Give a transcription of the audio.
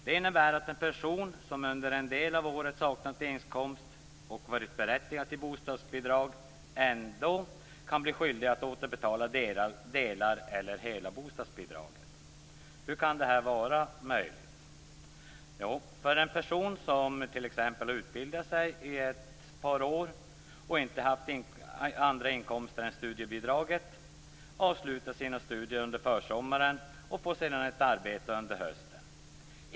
Det innebär att en person som under en del av året saknat inkomst och varit berättigad till bostadsbidrag ändå kan bli skyldig att återbetala delar av eller hela bostadsbidraget. Hur kan det vara möjligt? Jo, låt oss säga att en person har t.ex. utbildat sig i flera år och inte haft andra inkomster än studiebidraget. Så avslutar hon/han sina studier under försommaren och får sedan ett arbete under hösten.